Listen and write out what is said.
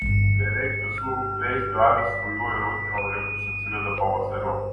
beveik visų veislių avys rujoja rudenį o ėriukus atsiveda pavasariop